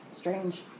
strange